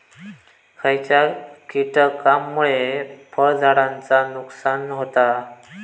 खयच्या किटकांमुळे फळझाडांचा नुकसान होता?